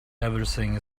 everything